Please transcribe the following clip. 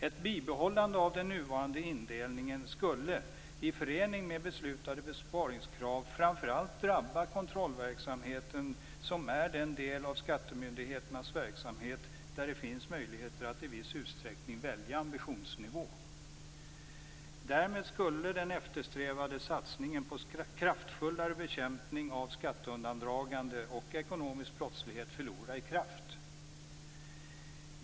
Ett bibehållande av den nuvarande indelningen skulle, i förening med beslutade besparingskrav, framför allt drabba kontrollverksamheten, som är den del av skattemyndigheternas verksamhet där det finns möjlighet att i viss utsträckning välja ambitionsnivå. Därmed skulle den eftersträvade satsningen på kraftfullare bekämpning av skatteundandragande och ekonomisk brottslighet förlora i kraft.